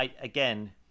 again